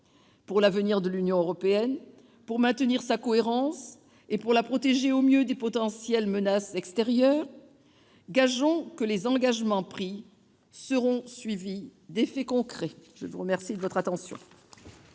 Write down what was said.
pour l'avenir de l'Union européenne, pour maintenir sa cohérence et pour la protéger au mieux des potentielles menaces extérieures. Gageons que les engagements pris seront suivis d'effets concrets. La parole est à M.